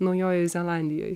naujojoj zelandijoj